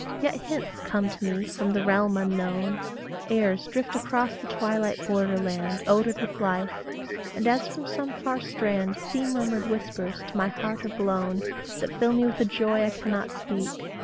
yet hints come to me from the realm unknown airs drift across the twilight border land, odoured with life and as from some far strand sea-murmured, whispers to my heart are blown that fill me with a joy i cannot speak,